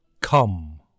come